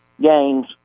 games